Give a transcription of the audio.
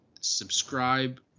subscribe